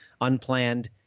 unplanned